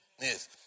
Yes